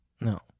No